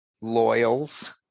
loyals